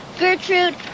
Gertrude